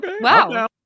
wow